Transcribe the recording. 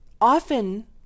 often